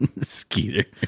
Skeeter